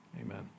Amen